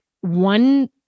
one